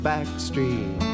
Backstreet